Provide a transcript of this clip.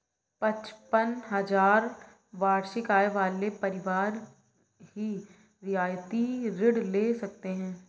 पचपन हजार वार्षिक आय वाले परिवार ही रियायती ऋण ले सकते हैं